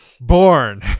born